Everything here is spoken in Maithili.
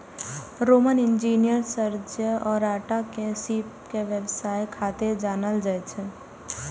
रोमन इंजीनियर सर्जियस ओराटा के सीप के व्यवसाय खातिर जानल जाइ छै